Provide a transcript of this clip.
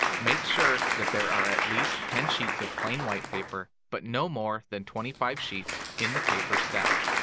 make sure that there are at least ten sheets of plain white paper, but no more than twenty five sheets, in the paper stack.